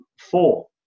four